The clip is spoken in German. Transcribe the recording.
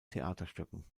theaterstücken